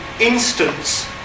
instance